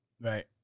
Right